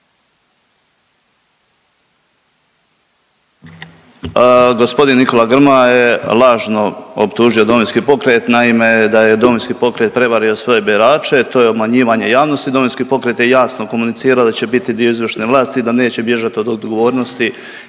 Gospodin Nikola Grmoja je lažno optužio Domovinski pokret. Naime, da je Domovinski pokret prevario svoje birače to je obmanjivanje javnosti. Domovinski pokret je jasno komunicirao da će biti dio izvršne vlasti, da neće bježati od odgovornosti